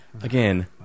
again